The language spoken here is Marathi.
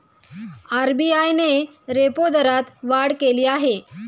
आर.बी.आय ने रेपो दरात वाढ केली आहे